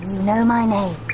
know my name.